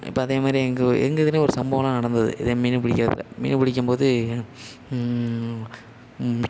இப்போ அதேமாரி எங்கள் எங்கள் இதிலயும் ஒரு சம்பவமெலாம் நடந்தது இதே மீன் பிடிகிறதுல மீன் பிடிக்கும்போது